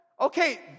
Okay